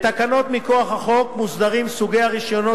בתקנות מכוח החוק מוסדרים סוגי הרשיונות